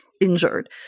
injured